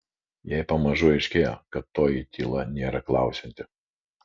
jai pamažu aiškėjo kad toji tyla nėra klausianti